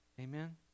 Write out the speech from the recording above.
Amen